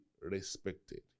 respected